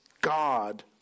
God